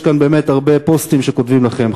יש כאן באמת הרבה פוסטים שכותבים לכם.